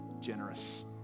generous